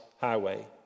highway